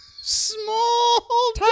Small